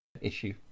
issue